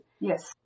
Yes